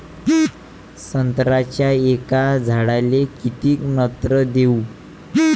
संत्र्याच्या एका झाडाले किती नत्र देऊ?